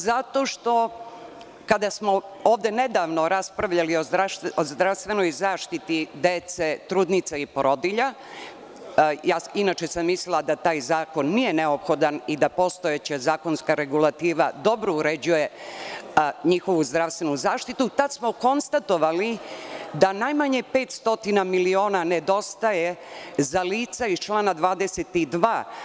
Zato što, kada smo ovde nedavno raspravljali o zdravstvenoj zaštiti dece, trudnica i porodilja, inače sam mislila da taj zakon nije neophodan i da postojeća zakonska regulativa dobro uređuje njihovu zdravstvenu zaštitu, tada smo konstatovali da najmanje 500 miliona nedostaje za lica iz člana 22.